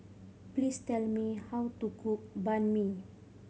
please tell me how to cook Banh Mi